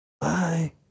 Bye